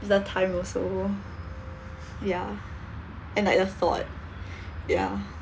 it's the time also ya and like the thought ya